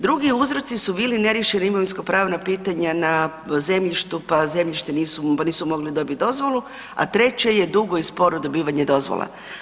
Drugi uzroci su bili neriješeni imovinsko-pravna pitanja na zemljištu pa zemljište nisu, pa nisu mogli dobiti dozvolu, a treće je dugo i sporo dobivanje dozvola.